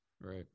Right